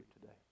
today